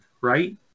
right